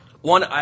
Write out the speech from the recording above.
One